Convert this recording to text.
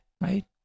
right